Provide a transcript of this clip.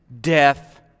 death